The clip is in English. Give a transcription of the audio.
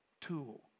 tool